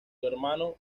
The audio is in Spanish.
hermano